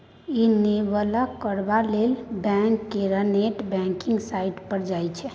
enable करबा लेल bank केर नेट बैंकिंग साइट पर जाउ